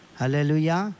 hallelujah